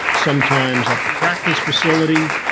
sometimes at the practice facility,